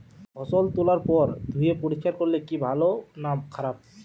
ফসল তোলার পর ধুয়ে পরিষ্কার করলে কি ভালো না খারাপ?